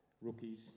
rookies